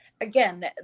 again